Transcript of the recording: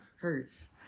Hurts